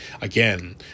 again